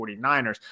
49ers